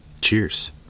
cheers